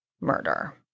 murder